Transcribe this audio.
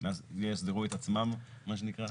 ויאסדרו את עצמם מה שנקרא.